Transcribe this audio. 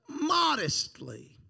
modestly